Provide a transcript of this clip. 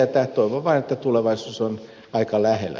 toivon vain että tulevaisuus on lähellä